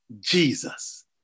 Jesus